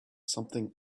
something